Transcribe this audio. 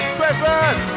Christmas